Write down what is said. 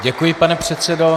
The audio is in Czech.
Děkuji, pane předsedo.